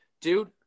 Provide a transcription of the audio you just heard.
dude